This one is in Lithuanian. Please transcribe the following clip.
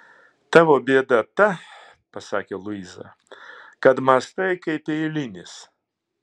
tavo bėda ta pasakė luiza kad mąstai kaip eilinis